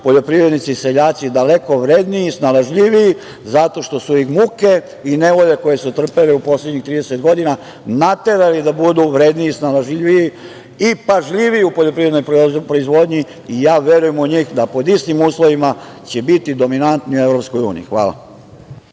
poljoprivrednici, seljaci daleko vredniji, snalažljiviji, zato što su ih muke i nevolje koje su trpeli poslednjih 30 godina, naterali da budu vredniji i snalažljiviji i pažljiviji u poljoprivrednoj proizvodnji. Verujem u njih da pod istim uslovima će biti dominantni u EU. Hvala.